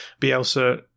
Bielsa